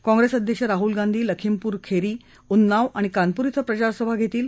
काँप्रेसअध्यक्ष राहल गांधी लखीमपूर खेरी उन्नाव आणि कानपूर इं प्रचारसभा घेतील